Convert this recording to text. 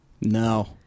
No